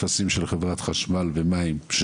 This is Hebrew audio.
משרד התחבורה, חברת החשמל, מס הכנסה וחברת המים.